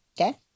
Okay